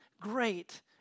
great